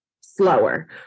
slower